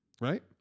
Right